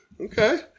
okay